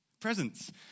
Presents